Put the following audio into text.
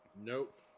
Nope